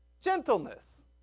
gentleness